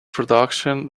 production